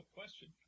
question